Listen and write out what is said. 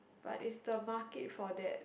but is the market for that